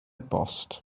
bost